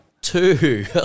Two